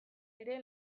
ere